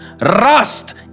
rust